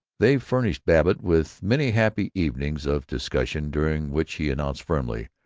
they furnished babbitt with many happy evenings of discussion, during which he announced firmly,